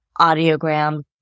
audiogram